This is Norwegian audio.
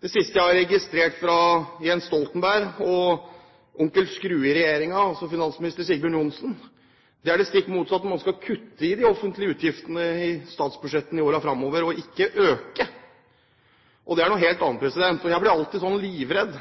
Det siste jeg har registrert fra Jens Stoltenberg og Onkel Skrue i regjeringen, altså finansminister Sigbjørn Johnsen, er det stikk motsatte: Man skal kutte i de offentlige utgiftene i statsbudsjettene i årene fremover og ikke øke. Det er noe helt annet. Jeg blir alltid livredd